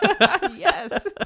Yes